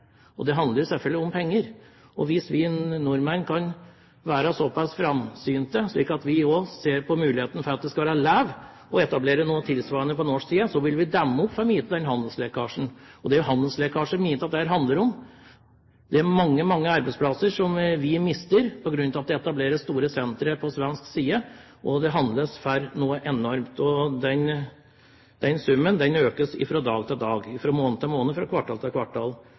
og det handler jo selvfølgelig om penger. Hvis vi nordmenn kan være såpass framsynte at vi også ser på muligheten for å etablere noe tilsvarende på norsk side, vil vi demme opp for mye av handelslekkasjen, og det er jo handelslekkasje mye av dette her handler om. Vi mister mange arbeidsplasser på grunn av at det etableres store sentre på svensk side, og det handles for noe enormt. Den summen økes fra dag til dag, fra måned til måned og fra kvartal til